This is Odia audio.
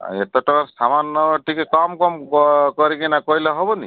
ଏତେ ଟଙ୍କା ସାମାନ ନେବ ଟିକେ କମ୍ କମ୍ କରିକିନା କହିଲେ ହେବନି